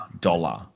dollar